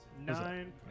Nine